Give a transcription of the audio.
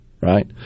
right